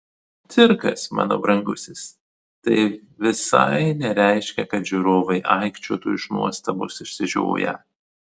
cirkas mano brangusis tai visai nereiškia kad žiūrovai aikčiotų iš nuostabos išsižioję